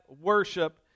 worship